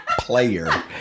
player